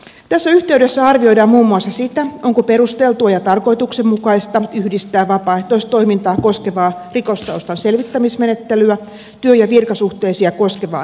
tässä yhteydessä arvioidaan muun muassa sitä onko perusteltua ja tarkoituksenmukaista yhdistää vapaaehtoistoimintaa koskevaa rikostaustan selvittämismenettelyä työ ja virkasuhteisia koskevaan lainsäädäntöön